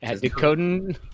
Decoding